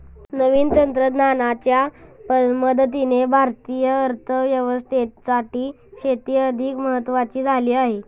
नवीन तंत्रज्ञानाच्या मदतीने भारतीय अर्थव्यवस्थेसाठी शेती अधिक महत्वाची झाली आहे